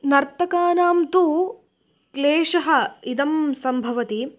नर्तकानां तु क्लेशः इदं सम्भवति